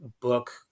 book